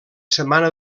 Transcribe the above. setmana